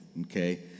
okay